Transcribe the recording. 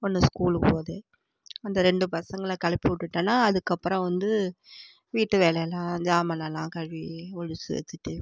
ஒன்று ஸ்கூலுக்கு போகுது அந்த ரெண்டு பசங்களை கிளப்பி விட்டுட்டேனா அதுக்கப்புறம் வந்து வீட்டு வேலையெல்லாம் சாமானலாம் கழுவி ஒழிச்சி வச்சுட்டு